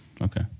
Okay